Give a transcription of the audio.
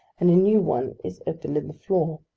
and a new one is opened in the floor.